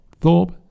Thorpe